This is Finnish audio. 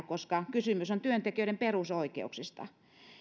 koska kysymys on työntekijöiden perusoikeuksista